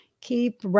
Keep